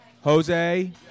Jose